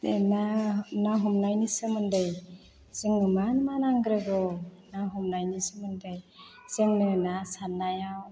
बे ना ना हमनायनि सोमोन्दै जोंनो मामा नाग्रोगौ ना हमनायनि सोमोन्दै जोंनो ना सारनायाव